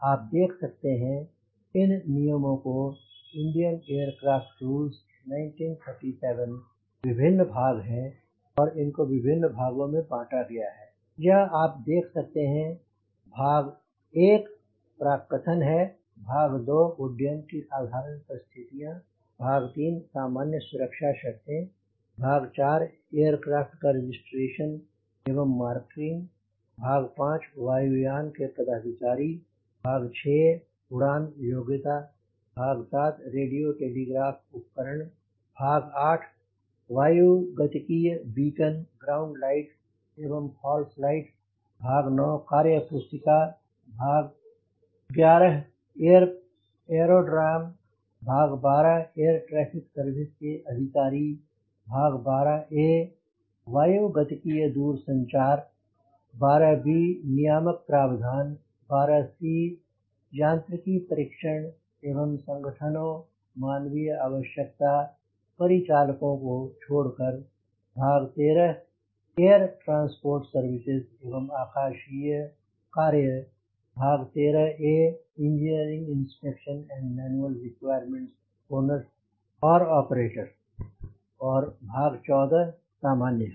आप देख सकते हैं इन नियमों को इंडियन एयरक्राफ़्ट रूल्स 1937 विभिन्न भाग है और इनको विभिन्न भागों में बाँटा गया है यह आप देख सकते हैं भाग 1 प्राक्कथन है भाग 2 उड्डयन की साधारण परिस्थितियां भाग 3 सामान्य सुरक्षा शर्तें भाग 4 एयरक्राफ़्ट की रजिस्ट्रेशन एवं मार्किंग भाग 5 वायु यान के पदाधिकारी भाग 6 उड़ान योग्यता भाग 7 रेडियो टेलीग्राफ उपकरण भाग 8 वायुगतिकीय बीकन ग्राउंड लाइट्स एवं फॉल्स लाइट्स भाग 9 कार्य पुस्तिका भाग 11 एरोड्रम भाग 12 एयर ट्रैफिक सर्विस के अधिकारी भाग 12A वायु गतिकीय दूरसंचार 12B नियामक प्रावधान 12C यांत्रिकी परीक्षण एवं संगठनों मानवीय आवश्यकता परिचालकों को छोड़कर भाग 13 एयर ट्रांसपोर्ट सर्विसेज एवं आकाशीय कार्य भाग 13 A engineering inspection and manual requirements owners और ऑपरेटर्स और भाग १४ सामान्य है